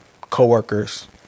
coworkers